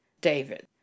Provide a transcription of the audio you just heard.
David